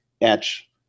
etch